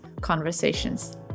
conversations